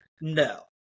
No